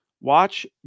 Watch